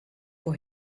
for